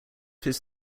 his